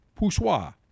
poussoir